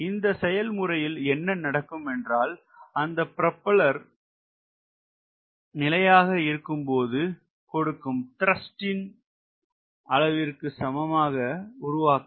இந்த செயல்முறையில் என்ன நடக்குமேன்றால் அந்த ப்ரொபெல்லர் அது நிலையாக இருக்கும் போது கொடுக்கும் த்ரஸ்ட் ன் அளவிற்கு சமமாக உருவாக்காது